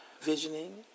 visioning